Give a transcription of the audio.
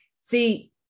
See